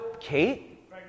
Kate